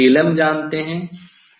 अब आप जानते हैं